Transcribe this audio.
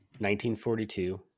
1942